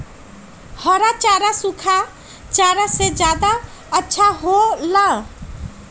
हरा चारा सूखा चारा से का ज्यादा अच्छा हो ला?